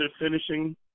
finishing